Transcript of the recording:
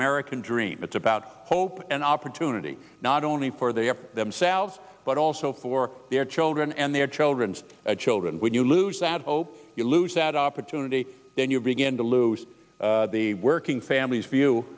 american dream it's about hope an opportunity not only for their themselves but also for their children and their children's children when you lose that hope you lose that opportunity then you begin to lose the working families view